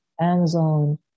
Amazon